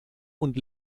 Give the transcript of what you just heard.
und